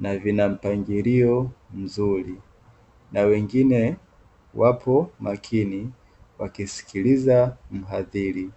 na vina mpangilio mzuri na wengine wako makini wakimsikiliza mhadhiri.